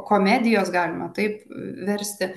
komedijos galima taip versti